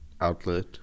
outlet